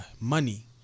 money